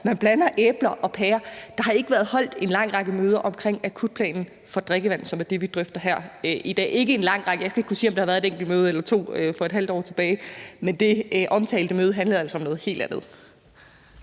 Man blander æbler og pærer. Der har ikke været holdt en lang række møder omkring akutplanen for drikkevand, som er det, vi drøfter her i dag – ikke en lang række. Jeg skal ikke kunne sige, om der har været et enkelt møde eller to et halvt år tilbage, men det omtalte møde handlede altså om noget helt andet.